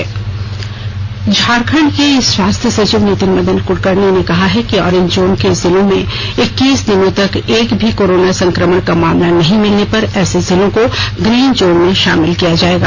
स्वास्थ्य सचिव झारखंड के स्वास्थ्य सचिव नितिन मदन कुलकर्णी ने कहा है कि ऑरेंज जोन के जिलों में इक्कीस दिनों तक एक भी कोरोना संकमण का मामला नहीं मिलने पर ऐसे जिलों को ग्रीन जोन में शामिल किया जायेगा